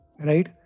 right